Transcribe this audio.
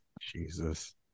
Jesus